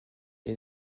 est